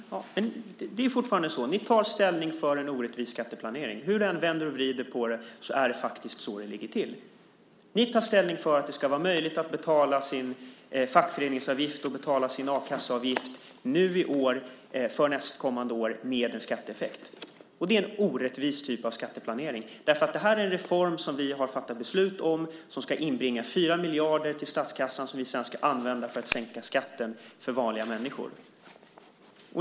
Herr talman! Det är fortfarande så att ni tar ställning för en orättvis skatteplanering. Hur du än vänder och vrider på det är det faktiskt så det ligger till. Ni tar ställning för att det ska vara möjligt att betala sin fackföreningsavgift och sin a-kasseavgift för nästkommande år nu i år med en skatteeffekt. Det är en orättvis typ av skatteplanering. Det här är en reform som vi har fattat beslut om. Den ska inbringa 4 miljarder till statskassan som vi sedan ska använda för att sänka skatten för vanliga människor.